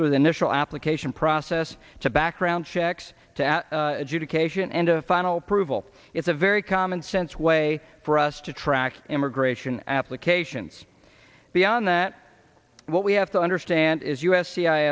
through the national application process to background checks to add adjudication and a final approval it's a very commonsense way for us to track immigration applications beyond that what we have to understand is u s c i